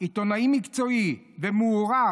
עיתונאי מקצועי ומוערך,